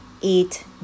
eat